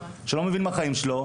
שלא מבין מהחיים שלו,